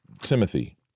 Timothy